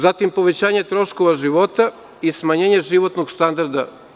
Tu je povećanje troškova života i smanjenje životnog standarda.